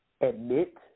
admit